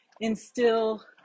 instill